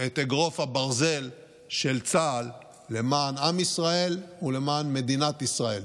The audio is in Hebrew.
את אגרוף הברזל של צה"ל למען עם ישראל ולמען מדינת ישראל.